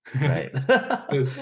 Right